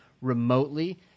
remotely